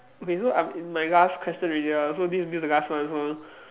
okay so I'm in my last question already ah so this this the last one also